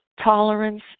tolerance